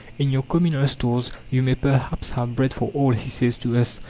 in your communal stores you may perhaps have bread for all, he says to us,